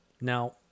Now